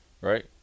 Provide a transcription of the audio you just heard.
right